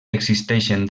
existeixen